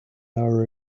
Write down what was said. hour